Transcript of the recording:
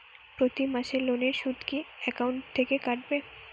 প্রতি মাসে লোনের সুদ কি একাউন্ট থেকে কাটবে?